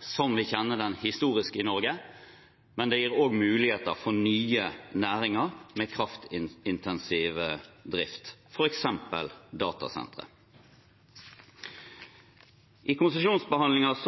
som vi kjenner den historisk i Norge, men det gir også muligheter for nye næringer med kraftintensiv drift, f.eks. datasentre. I konsesjonsbehandlinger